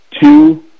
two –